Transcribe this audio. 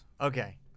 Okay